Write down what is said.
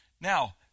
Now